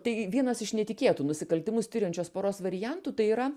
tai vienas iš netikėtų nusikaltimus tiriančios poros variantų tai yra